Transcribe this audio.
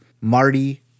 Marty